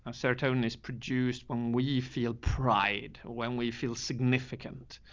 um serotonin is produced when we feel pride, when we feel significant,